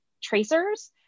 tracers